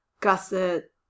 gusset